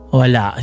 wala